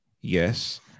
yes